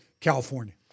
California